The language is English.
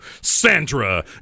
Sandra